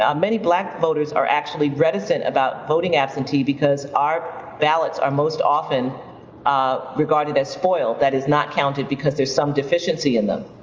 um many black voters are actually reticent about voting absentee because our ballots are most often regarded as spoiled, that is not counted because there's some deficiency in them.